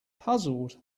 puzzled